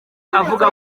avuga